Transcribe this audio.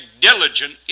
diligent